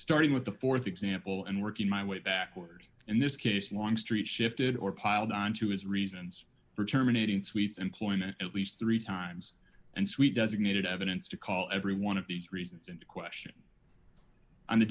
starting with the th example and working my way backward in this case longstreet shifted or piled onto his reasons for terminating suites employment at least three times and sweet designated evidence to call every one of these reasons into question on the